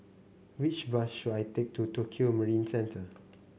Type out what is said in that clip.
which bus should I take to Tokio Marine Centre